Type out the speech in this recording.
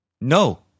No